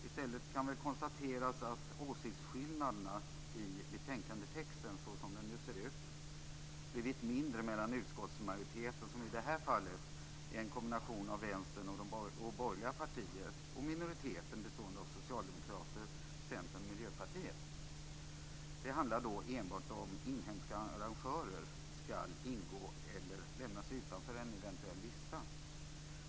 I stället kan det konstateras att åsiktsskillnaderna i betänkandetexten som den nu ser ut har blivit mindre mellan utskottsmajoriteten, som i det här fallet är en kombination av Vänstern och borgerliga partier, och minoriteten, bestående av Socialdemokraterna, Centern och Miljöpartiet. Det handlar enbart om ifall inhemska arrangörer skall ingå i eller lämnas utanför en eventuell lista.